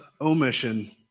omission